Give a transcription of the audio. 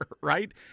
right